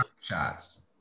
Shots